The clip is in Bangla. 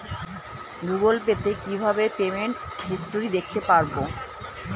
গুগোল পে তে কিভাবে পেমেন্ট হিস্টরি দেখতে পারবো?